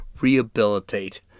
Rehabilitate